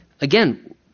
Again